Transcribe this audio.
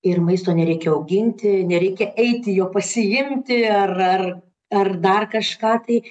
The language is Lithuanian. ir maisto nereikia auginti nereikia eiti jo pasiimti ar ar ar dar kažką tai